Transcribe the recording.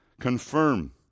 confirm